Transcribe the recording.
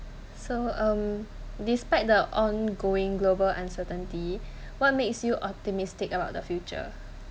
so um despite the ongoing global uncertainty what makes you optimistic about the future